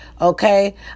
Okay